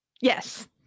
Yes